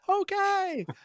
okay